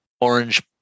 orange